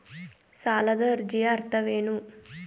ಸಾಲದ ಅರ್ಜಿಯ ಅರ್ಥವೇನು?